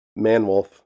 Manwolf